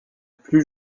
plus